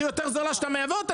כשהיא יותר זולה כשאתה מייבא אותה,